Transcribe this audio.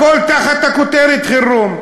הכול תחת הכותרת חירום.